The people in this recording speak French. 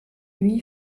lui